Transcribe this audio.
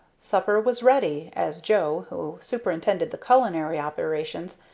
supper was ready, as joe, who superintended the culinary operations,